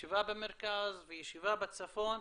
ישיבה במרכז וישיבה בצפון.